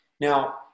Now